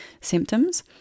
symptoms